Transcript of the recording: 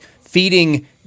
feeding